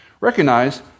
recognize